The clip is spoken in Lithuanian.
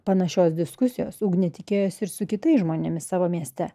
panašios diskusijos ugnė tikėjosi ir su kitais žmonėmis savo mieste